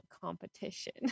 competition